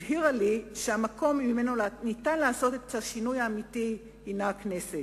הבהירו לי שהמקום שבו אפשר לעשות את השינוי האמיתי הוא הכנסת.